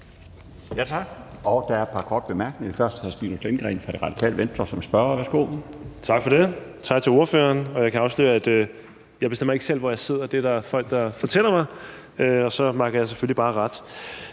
Tak for det. Og tak til ordføreren. Jeg kan afsløre, at jeg ikke selv bestemmer, hvor jeg sidder; det er der folk der fortæller mig, og så makker jeg selvfølgelig bare ret.